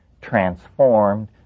transformed